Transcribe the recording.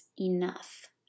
enough